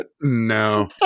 no